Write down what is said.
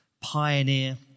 pioneer